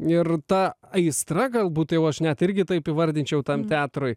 ir ta aistra galbūt jau aš net irgi taip įvardinčiau tam teatrui